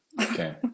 Okay